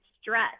stress